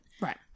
Right